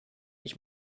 ich